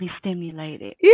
stimulated